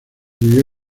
debió